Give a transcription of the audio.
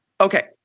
Okay